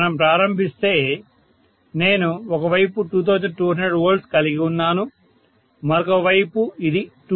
మనం ప్రారంభిస్తే నేను ఒక వైపు 2200 V కలిగి ఉన్నాను మరొక వైపు ఇది 220 V